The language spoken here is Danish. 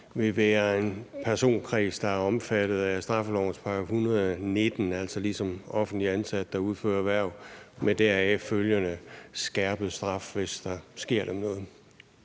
vil være en personkreds, der er omfattet af straffelovens § 119, altså ligesom offentligt ansatte, der udfører hverv med deraf følgende skærpet straf, hvis der sker dem noget.